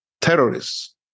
terrorists